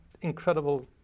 incredible